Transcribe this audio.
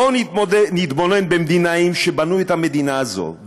בואו נתבונן במדינאים שבנו את המדינה הזאת,